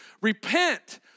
repent